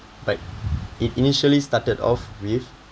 but it initially started off with